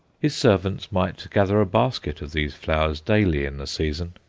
his servants might gather a basket of these flowers daily in the season.